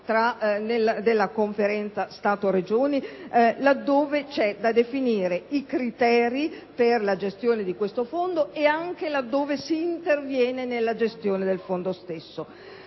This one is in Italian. della Conferenza Stato-Regioni, laddove sono da definire i criteri per la gestione di questo fondo e anche la gestione del fondo stesso.